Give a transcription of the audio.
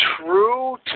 true